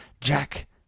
jack